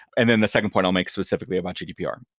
and then the second point i'll make specifically about gdpr.